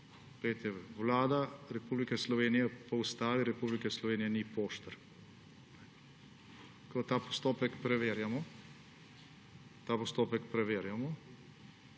Vlada Republike Slovenije po Ustavi Republike Slovenije ni poštar. Ko ta postopek preverjamo,